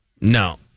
No